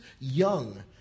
young